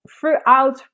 throughout